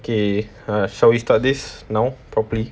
okay err shall we start this now properly